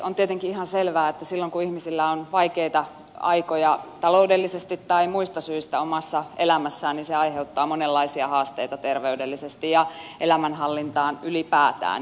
on tietenkin ihan selvää että silloin kun ihmisillä on vaikeita aikoja taloudellisesti tai muista syistä omassa elämässään niin se aiheuttaa monenlaisia haasteita terveydellisesti ja elämänhallintaan ylipäätään